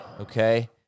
Okay